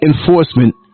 enforcement